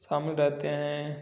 शामिल रहते हैं